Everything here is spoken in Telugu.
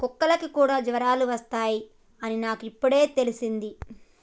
కుక్కలకి కూడా జ్వరాలు వస్తాయ్ అని నాకు ఇప్పుడే తెల్సింది